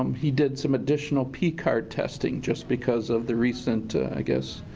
um he did some additional p-card testing just because of the recent, i guess,